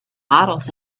models